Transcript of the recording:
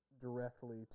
directly